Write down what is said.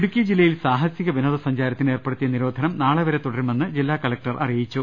ഇടുക്കി ജില്ലയിൽ സാഹസിക വിനോദ സഞ്ചാരത്തിന് ഏർപ്പെ ടുത്തിയ നിരോധനം നാളെ വരെ തുടരുമെന്ന് ജില്ലാ കലക്ടർ അറി യിച്ചു